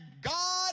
god